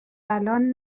الان